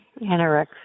Anorexia